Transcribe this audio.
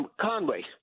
Conway